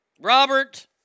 Robert